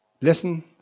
listen